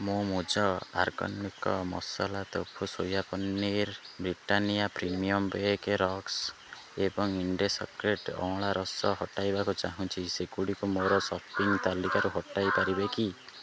ମୁଁ ମୂଜ organic masala tofu soya paneer Britannia premium bake ରକ୍ସ ଏବଂ ଇଣ୍ଡିସିକ୍ରେଟ୍ ଅଁଳା ରସ ହଟାଇବାକୁ ଚାହୁଁଛି ସେଗୁଡ଼ିକୁ ମୋର ସପିଙ୍ଗ୍ ତାଲିକାରୁ ହଟାଇ ପାରିବେ କି